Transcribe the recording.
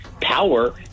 power